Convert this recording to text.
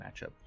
matchup